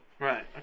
Right